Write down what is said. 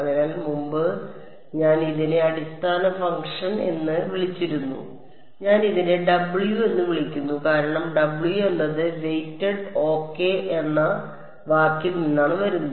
അതിനാൽ മുമ്പ് ഞാൻ ഇതിനെ അടിസ്ഥാന ഫംഗ്ഷൻ എന്ന് വിളിച്ചിരുന്നു ഞാൻ ഇതിനെ W എന്ന് വിളിക്കുന്നു കാരണം W എന്നത് വെയ്റ്റഡ് ഓകെ എന്ന വാക്കിൽ നിന്നാണ് വരുന്നത്